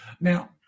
Now